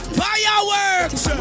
fireworks